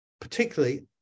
particularly